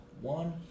one